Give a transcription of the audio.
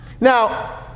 Now